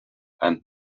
and